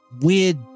weird